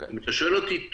אם אתה שואל אותי,